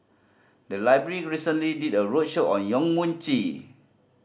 the library recently did a roadshow on Yong Mun Chee